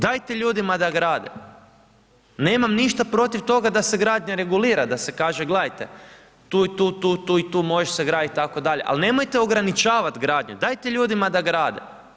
Dajte ljudima da grade, nemam ništa protiv toga da se gradnja regulira, da se kaže gledajte, tu, tu, tu i tu može se graditi itd. ali nemojte ograničavat gradnju, dajte ljudima da grade.